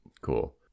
Cool